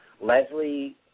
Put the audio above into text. Leslie